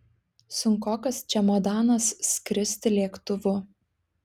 sunkokas čemodanas skristi lėktuvu